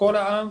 לכל העם,